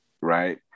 Right